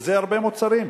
זה הרבה מוצרים,